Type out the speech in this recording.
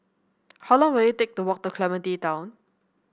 how long will it take to walk to Clementi Town